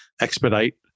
expedite